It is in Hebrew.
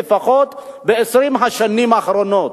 היא לפחות ב-20 השנים האחרונות.